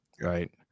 right